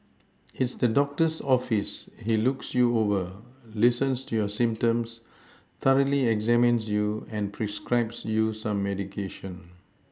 is the doctor's office he looks you over listens to your symptoms thoroughly examines you and prescribes you some medication